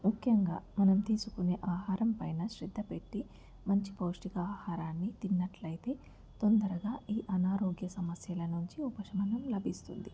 ముఖ్యంగా మనం తీసుకునే ఆహారం పైన శ్రద్ధ పెట్టి మంచి పౌష్టిక ఆహారాన్ని తిన్నట్లైతే తొందరగా ఈ అనారోగ్య సమస్యల నుంచి ఉపశమనం లభిస్తుంది